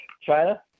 China